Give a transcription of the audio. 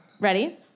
Ready